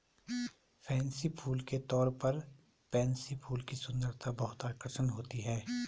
fancy फूल के तौर पर पेनसी फूल की सुंदरता बहुत आकर्षक होती है